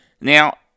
Now